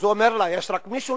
אז הוא אומר לה, יש רק מישהו?